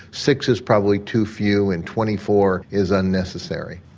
six is probably too few, and twenty-four is unnecessary.